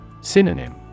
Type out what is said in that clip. Synonym